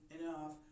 enough